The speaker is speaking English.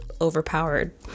overpowered